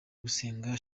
gusenga